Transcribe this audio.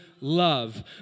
love